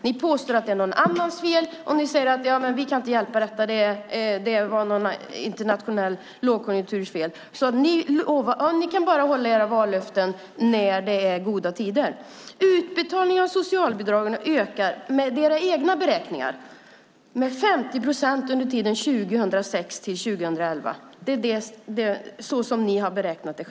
Ni påstår att det är någon annans fel, och ni säger att ni inte kan hjälpa detta, för det var någon internationell lågkonjunkturs fel. Ni kan alltså bara hålla era vallöften när det är goda tider. Utbetalningen av socialbidragen ökar, med era egna beräkningar, med 50 procent under tiden 2006-2011. Så har ni själva beräknat det.